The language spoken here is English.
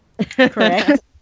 Correct